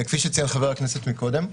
כפי שציין חבר הכנסת קודם,